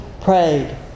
prayed